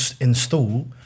install